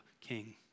king